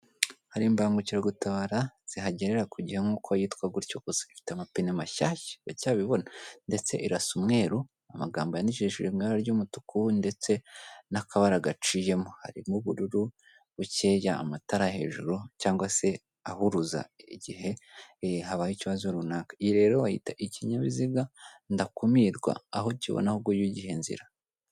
Hari imbangukiragutabara zihagerera ku gihe nkuko yitwa gutyo gusasi ifite amapine mashya iracyabibona ndetse irasa umweru amagambo an yanyijijesho ri rimwera ry'umutuku ndetse n'akabararagaciyemo harimo ubururu bukeya amatara hejuru cyangwa se ahuruza igihe iyo habaye ikibazo runaka i reroyita ikinyabiziga ndakumirwa aho kibona ahubwo yugi inzira.